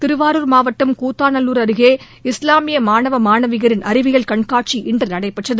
திருவாரூர் மாவட்டம் கூத்தாநல்லூர் அருகே இஸ்லாமிய மாணவ மாணவியரின் அறிவியல் கண்காட்சி இன்று நடைபெற்றது